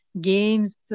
games